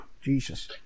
Jesus